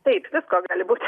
taip visko gali būt